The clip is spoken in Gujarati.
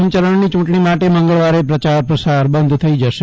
પ્રથમ ચરણની ચુંટણી માટે મંગળવારે પ્રચાર પ્રસાર બંધ થઇ જશે